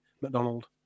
McDonald